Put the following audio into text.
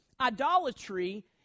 Idolatry